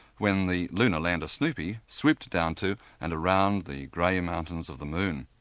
when the lunar lander snoopy swooped down to and around the grey mountains of the moon.